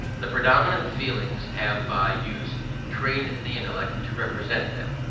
the predominant feelings have by use trained the intellect to represent them.